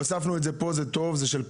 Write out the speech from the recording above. הוספנו את זה פה, וזה טוב.